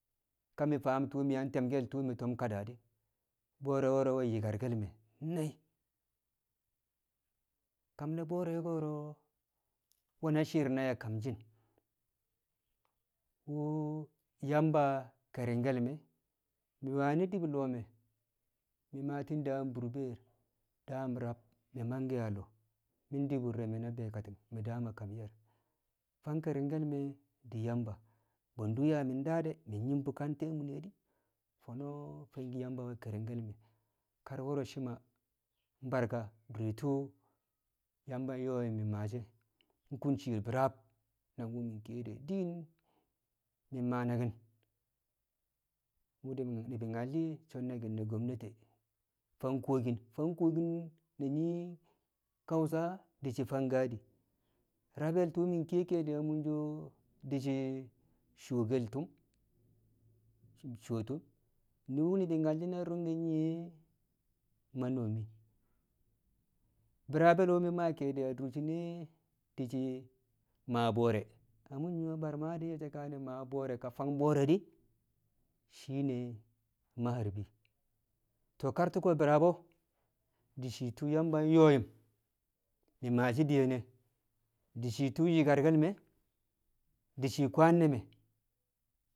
ka mi̱ faam tu̱u̱ mi̱ te̱m tu̱u̱ yang tokke̱l me̱ kada di̱, bo̱o̱ro̱ ko̱ro̱ we̱ nyikarke̱l me̱ nai̱, kam ne̱ bo̱o̱ro̱ ko̱ro we̱ na shi̱i̱r nai̱ a kam shi̱n wu̱ Yamba ke̱ringke̱l me̱, mi̱ wanị di̱b lo̱o̱ me̱ maati̱n daam bu̱rbe̱e̱n daam rab mi̱ mangke̱ a lo̱o̱ di̱b wu̱r re̱ me̱ na be̱e̱ kati̱ng mi̱ daam a ye̱r, fang ke̱ringke̱l me̱ di̱ Yamba bwe̱ndu mi̱ yaa mi̱ daa de̱ mi̱ nyi̱m ka te̱e̱ a mune̱ di̱ fo̱no̱ fangki̱ Yamba we̱ ke̱ringke̱l me̱ kar ko̱ro̱ shi̱ ma barka adure tu̱u̱ Yamba nyo̱o̱ mi̱ maashi̱ e̱ kun shi̱i̱r bi̱raab nangwu̱ mi̱ kiye̱ de̱ din mi̱ maa naki̱n wu̱ ni̱bi̱ nyal so̱ naki̱n ne̱ Gmwamnati fang kuwokin fang kuwokin na nyii Kawusa di̱ shi̱ fang Gadi rabe̱ tu̱u̱ mi̱ kiye ke̱e̱di a munso di̱ shi̱ sooke̱l tu̱m coo tu̱m din wu̱ ni̱bi̱ nyal na ru̱ngke̱ nyiye̱ Nyii Manomi bi̱raabe̱ wu̱ mi̱ maa ke̱e̱di̱ adurshine̱ di̱ shi̱ maa bo̱o̱re̱ na nyu̱wo̱ bar Maa nye̱ so̱ maa bo̱o̱re̱ ka fang bo̱o̱re̱ di̱ shine Ma Harbi to kar tu̱ko̱ bi̱raabo̱ di̱ shii tu̱u̱ Yamba nyo̱o̱m yum mi̱ maa shii diyen ne̱ di̱ shii tu̱u̱ nyi̱ikarke̱l me̱ di̱ shii kwaan ne̱ me̱